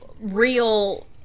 real